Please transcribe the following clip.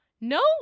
No